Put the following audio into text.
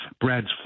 brad's